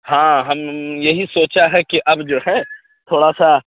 ہاں ہم یہی سوچا ہے کہ اب جو ہے تھوڑا سا